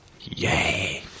Yay